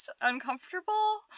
uncomfortable